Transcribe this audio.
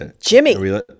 Jimmy